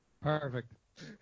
Perfect